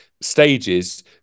stages